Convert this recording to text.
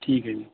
ਠੀਕ ਹੈ ਜੀ